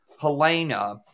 Helena